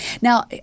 Now